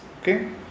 okay